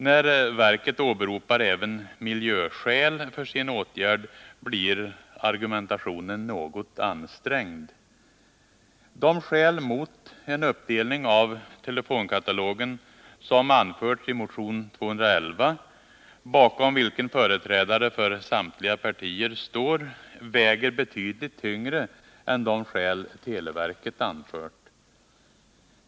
När verket åberopar även miljöskäl för sin åtgärd, blir argumentationen något ansträngd. De skäl mot en uppdelning av telefonkatalogen som anförts i motion 211, bakom vilken företrädare för samtliga partier står, väger betydligt tyngre än de skäl televerket anfört.